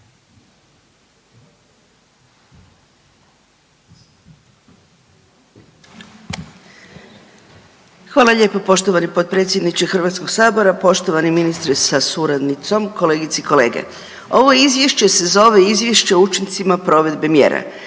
Hvala lijepo poštovani potpredsjedniče HS, poštovani ministre sa suradnicom, kolegice i kolege. Ovo izvješće se zove izvješće o učincima provedbe mjere